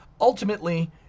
ultimately